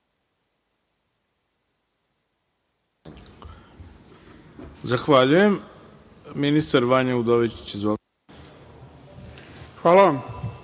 Hvala vam